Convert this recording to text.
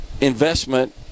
investment